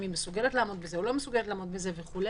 אם היא מסוגלת לעמוד בזה או לא מסוגלת לעמוד בזה וכו',